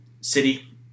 City